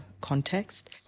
context